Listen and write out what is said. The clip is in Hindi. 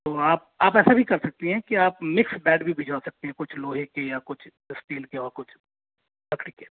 तो आप आप ऐसा भी कर सकती हैं कि आप मिक्स बैड भी भिजवा सकती है कुछ लोहे के या स्टील के और कुछ लकड़ी के